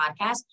podcast